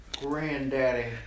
Granddaddy